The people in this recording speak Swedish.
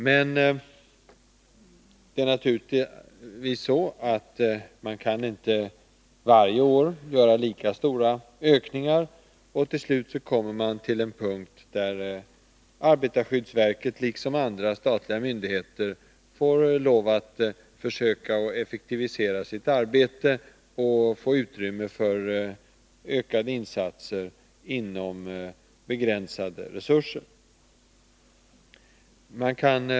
Men man kan naturligtvis inte varje år göra lika stora ökningar, och till slut kommer man till en punkt där arbetarskyddsverket liksom andra statliga myndigheter får lov att försöka effektivisera sitt arbete och få utrymme för ökade insatser inom begränsade resurser.